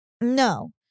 No